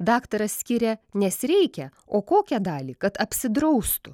daktaras skiria nes reikia o kokią dalį kad apsidraustų